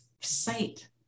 sight